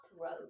road